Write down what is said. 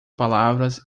palavras